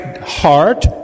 heart